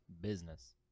business